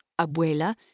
Abuela